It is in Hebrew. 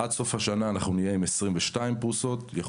עד סוף השנה נהיה עם 22 קפסולות פרוסות